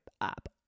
up